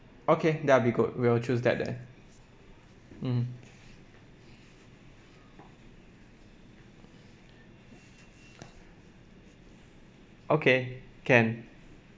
okay that will be good we'll choose that then mmhmm okay can